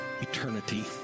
eternity